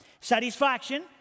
Satisfaction